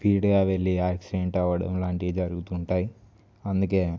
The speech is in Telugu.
స్పీడ్గా వెళ్ళి యాక్సిడెంట్ అవడం ఇలాంటి జరుగుతుంటాయి అందుకే